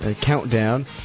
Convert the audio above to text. Countdown